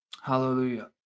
Hallelujah